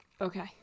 Okay